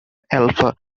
alfa